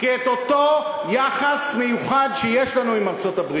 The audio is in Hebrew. כי את אותו יחס מיוחד שיש לנו עם ארצות-הברית,